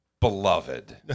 beloved